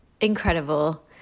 incredible